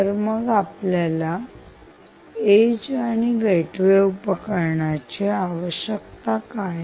तर मग आपल्याला येज EDGED आणि गेटवे उपकरणाची आवश्यकता काय